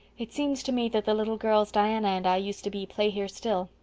it seems to me that the little girls diana and i used to be play here still,